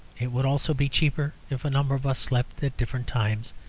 it would also be cheaper if a number of us slept at different times,